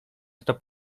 kto